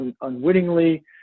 unwittingly